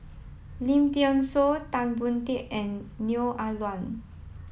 Lim Thean Soo Tan Boon Teik and Neo Ah Luan